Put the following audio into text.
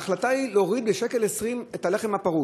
ההחלטה היא להוריד ב-1.20 שקל את מחיר הלחם הפרוס.